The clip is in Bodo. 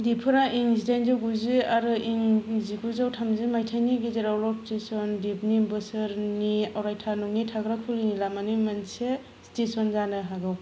दिपफोरा इं जिदाइजौगुजि आरो इं जिगुजौ थामजि माइथायनि गेजेराव रटलैन्ड दिपनि बिसोरनि अरायथा नङि थाग्राखुलिनि लामानि मोनसे स्टेसन जानो हागौ